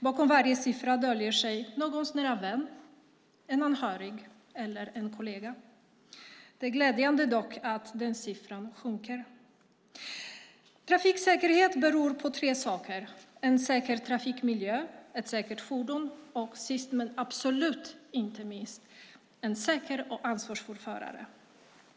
Bakom varje siffra döljer sig någons nära vän, en anhörig eller en kollega. Det är glädjande nog att siffran sjunker. Trafiksäkerhet beror på tre saker: en säker trafikmiljö, ett säkert fordon och - sist men absolut inte minst - en säker och ansvarsfull förare.